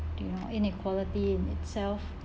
you know inequality in itself